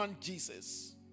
Jesus